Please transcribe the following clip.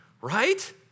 Right